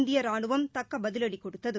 இந்தியரானுவம் தக்கடதிலட கொடுத்தது